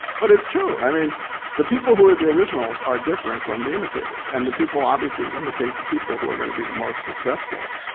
but it's true. i mean the people who were the originals are different from the imitators. and the people obviously imitate the people who are gonna be the most successful.